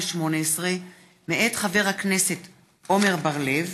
התשע"ח 2018, מאת חבר הכנסת עמר בר-לב,